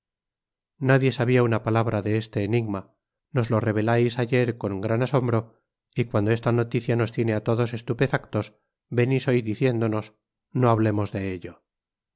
nadie sabia una palabra de este enigma nos lo revelais ayer con gran asombro y cuahdo esta noticia nos tiene á todos estupefactos venís hoy dieiéndonos no hablemos de ello